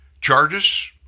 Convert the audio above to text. Charges